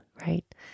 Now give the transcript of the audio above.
right